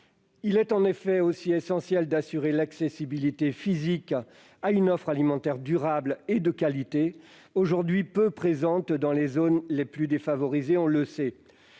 effet, il est aussi essentiel d'assurer l'accessibilité physique à une offre alimentaire durable et de qualité, aujourd'hui peu présente dans les zones les plus défavorisées. Le rapport